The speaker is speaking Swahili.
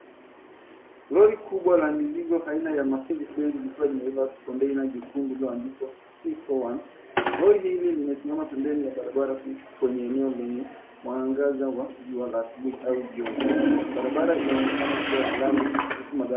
Lori kubwa la mizigo aina ya Mercedes Benz ilikuwa imebeba kontena jekundu lililoandikwa C41. Lori hili limesimama pembeni ya barabara kuu kwenye eneo lenye mwangaza wa jua la asubui au jioni. Barabara inaonekana kuwa ya lami huku magari.